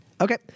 okay